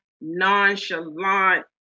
nonchalant